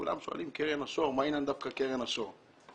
כולם שואלים, קרן השור, מה עניין דווקא קרן השור?